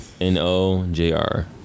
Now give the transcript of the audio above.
N-O-J-R